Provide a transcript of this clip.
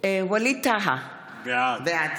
יזבק, בעד ווליד טאהא, בעד אביגדור ליברמן, בעד